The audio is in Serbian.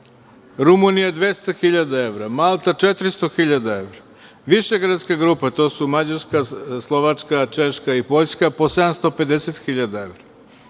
Rumunija 200.000 evra, Malta 400.000 evra, Višegradska grupa, to su Mađarska, Slovačka, Češka i Poljska po 750.000 evra.